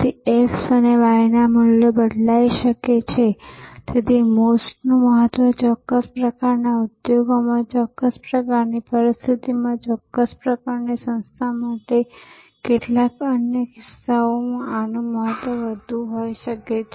તેથી આ x અને y મૂલ્યો બદલાઈ શકે છે તેથી MOST નું મહત્વ ચોક્કસ પ્રકારના ઉદ્યોગમાં ચોક્કસ પ્રકારની પરિસ્થિતિમાં ચોક્કસ પ્રકારની સંસ્થા માટે અથવા કેટલાક અન્ય કિસ્સાઓમાં આનું મહત્વ વધુ હોઈ શકે છે